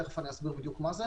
שתכף אני אסביר מה זה,